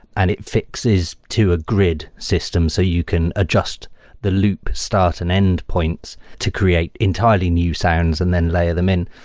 and it fixes to a grid system so you can adjust the loop start and end points to create entirely new sounds and then layer them in.